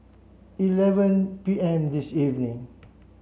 eleven P M this evening